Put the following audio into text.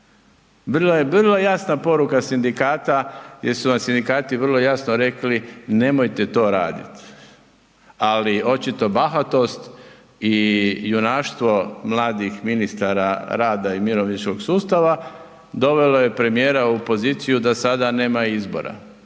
vrlo jasna poruka sindikata gdje su vam sindikati vrlo jasno rekli, nemojte to raditi, ali očito bahatost i junaštvo mladih ministara rada i mirovinskog sustava, dovelo je premijera u poziciju da sada nema izbora,